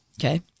Okay